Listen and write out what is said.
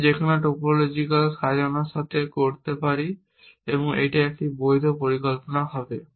আমি যেকোন টপোলজিক্যাল সাজানোর সাথে করতে পারি এবং এটি একটি বৈধ পরিকল্পনা হবে